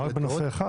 לא רק בנושא אחד.